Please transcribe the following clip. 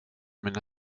mina